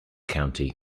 county